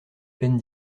peine